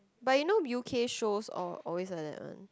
but you know u_k shows all always like that one